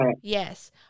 Yes